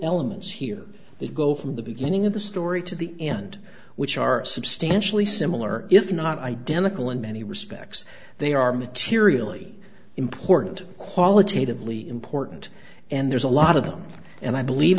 elements here they go from the beginning of the story to the end which are substantially similar if not identical in many respects they are materially important qualitatively important and there's a lot of them and i believe